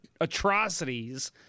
atrocities